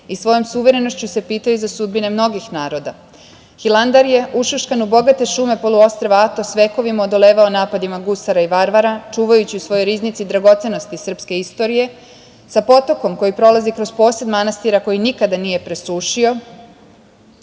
i svojom suverenošću se pitanju za sudbine mnogih naroda. Hilandar je ušuškan u bogate šume poluostrva Atos, vekovima odolevao napadima gusara i varvara, čuvajući u svojoj riznici dragocenosti srpske istorije, sa potokom koji prolazi kroz posed manastira, koji nikada nije presušio